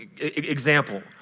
Example